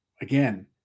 again